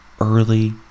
early